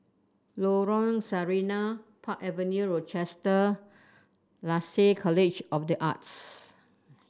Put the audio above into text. Lorong Sarina Park Avenue Rochester Lasalle College of the Arts